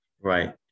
Right